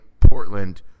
Portland